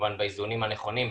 כמובן באיזונים הנכונים,